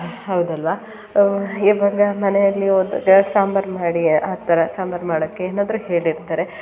ಹೌದಲ್ಲವಾ ಇವಾಗ ಮನೆಯಲ್ಲಿ ಒಂದು ಸಾಂಬಾರು ಮಾಡಿ ಹಾಕ್ತಾರೆ ಸಾಂಬಾರು ಮಾಡಕ್ಕೆ ಏನಾದರೂ ಹೇಳಿರ್ತಾರೆ